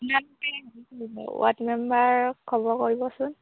আপোনালোকে ৱাৰ্ড মেম্বাৰক খবৰ কৰিবচোন